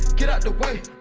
get out the way